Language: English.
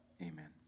amen